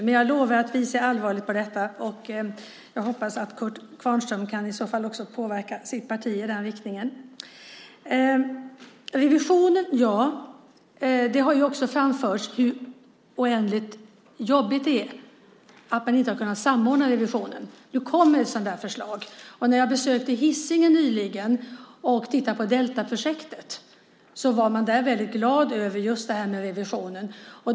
Men jag lovar att vi tar detta på allvar, och jag hoppas att Kurt Kvarnström också kan påverka sitt parti i den riktningen. Kurt Kvarnström tog upp revisionen. Det har ju framförts att det är jobbigt att man inte har kunnat samordna revisionen. Nu kommer det ett sådant förslag. När jag nyligen besökte Hisingen för att titta på Deltaprojektet fick jag veta att man där var mycket glad över detta med revisionen.